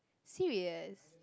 serious